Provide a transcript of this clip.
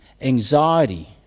anxiety